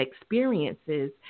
experiences